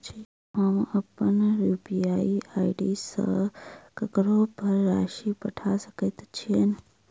हम अप्पन UPI ID सँ ककरो पर राशि पठा सकैत छीयैन?